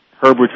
Herbert